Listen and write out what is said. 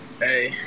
Hey